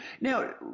Now